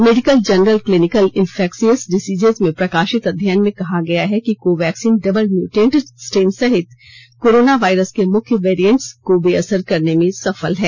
medical journal clinical infectious diseases में प्रकाशित अध्ययन में कहा गया है कि कोवैक्सीन डबल म्यूटेंट स्ट्रेन सहित कोरोना वायरस के मुख्य वैरियंट्स को बेअसर करने में सफल है